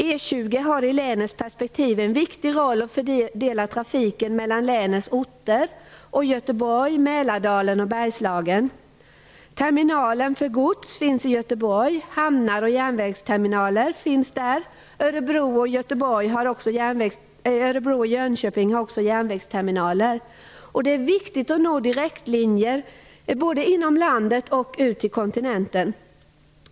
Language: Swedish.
E 20 har i länets perspektiv en viktig roll att fördela trafiken mellan länets orter och Göteborg, Mälardalen och Bergslagen. Hamnar och järnvägsterminaler för gods finns i Göteborg. Örebro och Jönköping har också järnvägsterminaler. Det är viktigt att kunna nå direktlinjer både inom landet och ut till kontinenten.